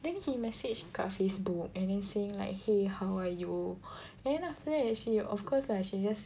then he message kat Facebook and then saying like !hey! how are you then after that she of course lah she just